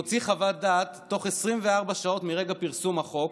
מוציא חוות דעת תוך 24 שעות מרגע פרסום החוק,